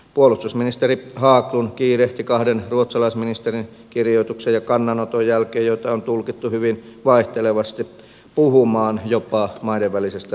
puolustusministeri haglund kiirehti kahden ruotsalaisministerin kirjoituksen ja kannanoton jälkeen joita on tulkittu hyvin vaihtelevasti puhumaan jopa maiden välisestä puolustusliitosta